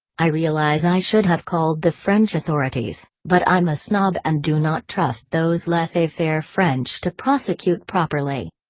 i realize i should have called the french authorities, but i'm a snob and do not trust those laissez-faire french to prosecute properly.